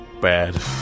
Bad